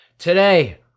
Today